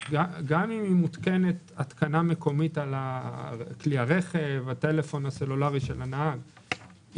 מערכת מותקנת בהתקנה מקומית על כלי הרכב או על הטלפון הסלולרי של הנהג,